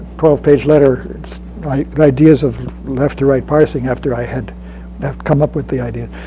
twelve page letter like with ideas of left-to-right parsing after i had come up with the idea.